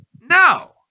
no